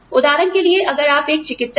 उदाहरण के लिए अगर आप एक चिकित्सक हैं